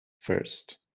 first